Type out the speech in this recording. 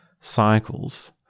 cycles